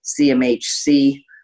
CMHC